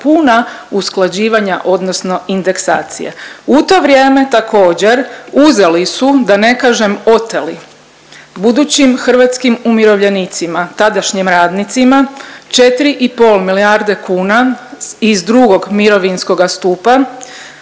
puna usklađivanja odnosno indeksacije. U to vrijeme također uzeli su, da ne kažem oteli budućim hrvatskim umirovljenicima, tadašnjim radnicima 4 i pol milijarde kuna iz drugog mirovinskoga stupa